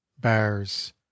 bears